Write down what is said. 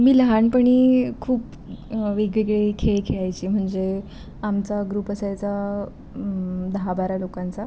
मी लहानपणी खूप वेगवेगळे खेळ खेळायची म्हणजे आमचा ग्रुप असायचा दहा बारा लोकांचा